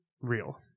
real